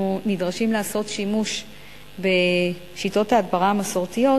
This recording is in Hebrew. נדרשים לעשות שימוש בשיטות ההדברה המסורתיות,